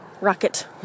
Rocket